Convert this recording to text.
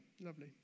lovely